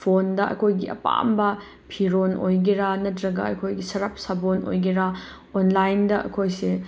ꯐꯣꯟꯗ ꯑꯩꯈꯣꯏꯒꯤ ꯑꯄꯥꯝꯕ ꯐꯤꯔꯣꯜ ꯑꯣꯏꯒꯦꯔ ꯅꯠꯇ꯭ꯔꯒ ꯑꯩꯈꯣꯏꯒꯍꯤ ꯁꯔꯞ ꯁꯥꯄꯣꯟ ꯑꯣꯏꯒꯦꯔ ꯑꯣꯟꯂꯥꯏꯟꯗ ꯑꯩꯈꯣꯏꯁꯦ